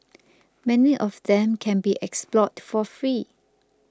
many of them can be explored for free